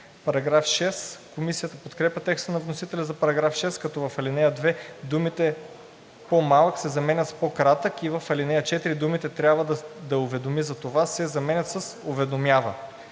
за § 5. Комисията подкрепя текста на вносителя за § 6, като в ал. 2 думите „по-малък“ се заменят с „по-кратък“ и в ал. 4 думите „трябва да уведоми за това“ се заменят с „уведомява“.